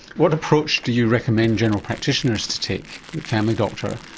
what approach do you recommend general practitioners to take, the family doctor,